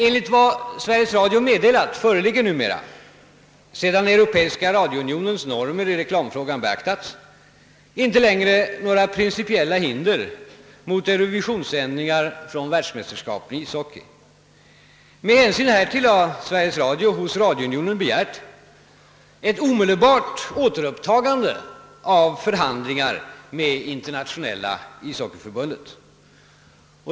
Enligt vad Sveriges Radio meddelat föreligger numera — sedan Europeiska radiounionens normer i reklamfrågan beaktats — inte längre några principiella hinder mot eurovisionssändningar från världsmästerskapen i ishockey. Med hänsyn härtill har Sveriges Radio hos radiounionen begärt ett omedelbart återupptagande av förhandlingar med Internationella ishockeyförbundet.